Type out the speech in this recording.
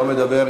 לא מדבר.